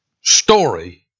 story